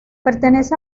pertenece